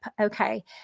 Okay